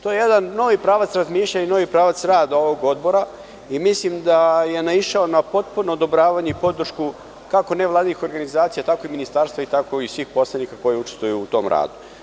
To je jedan novi pravac razmišljanja i novi pravac rada ovog Odbora i mislim da je naišao na potpuno odobravanje i podršku, kako nevladinih organizacija, tako i Ministarstva i svih poslanika koji učestvuju u tom radu.